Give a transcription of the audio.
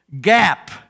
gap